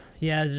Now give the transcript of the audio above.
yeah,